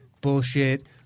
Bullshit